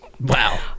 Wow